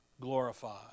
glorified